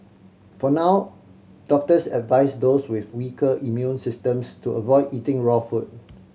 for now doctors advise those with weaker immune systems to avoid eating raw food